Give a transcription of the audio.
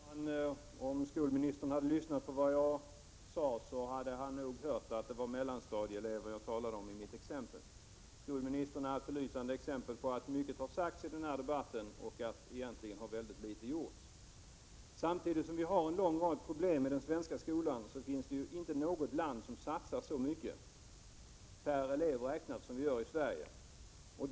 Herr talman! Om skolministern hade lyssnat på vad jag sade, hade han nog hört att det var mellanstadieelever jag talade om i mitt exempel. Skolministern hade ett belysande exempel på att mycket har sagts i denna debatt men att egentligen mycket litet har gjorts. Samtidigt som vi har en lång rad problem i den svenska skolan, finns det | inte något annat land som satsar så mycket pengar räknat per elev som vi gör i Sverige.